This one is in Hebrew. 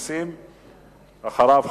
ואחריו,